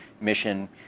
mission